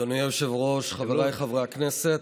אדוני היושב-ראש, חבריי חברי הכנסת,